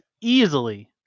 easily